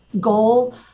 goal